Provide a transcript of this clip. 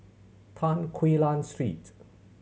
Tan Quee Lan Street